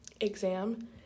exam